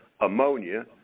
ammonia